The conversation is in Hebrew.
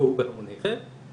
בואו בהמוניכם ואנחנו